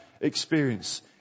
experience